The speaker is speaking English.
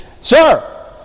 Sir